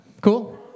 Cool